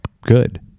good